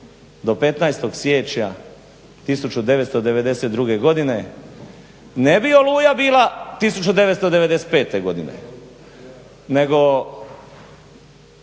do 15. siječnja 1992. godine ne bi Oluja bili 1995. godine nego